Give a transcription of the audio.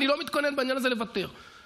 אני לא מתכונן לוותר בעניין הזה,